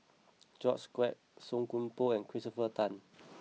George Quek Song Koon Poh and Christopher Tan